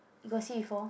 you got see before